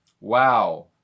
Wow